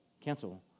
cancel